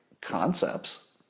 concepts